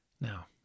Now